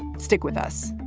stick with us